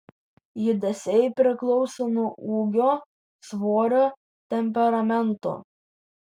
judesiai priklauso nuo ūgio svorio temperamento